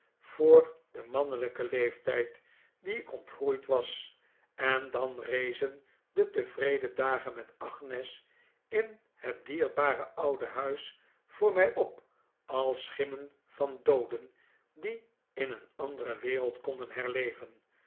voor den mannelijkeh leeftijd dien ik ontgroeid was en dan rezen de tevreden dagen met agnes in het dierbare oude huis voor mij op als schimmen van dooden die in een andere wereld konden herleven